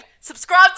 Subscribe